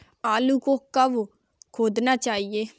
आलू को कब खोदना चाहिए?